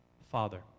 Father